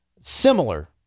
similar